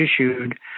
issued